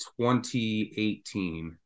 2018